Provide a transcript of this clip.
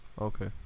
Okay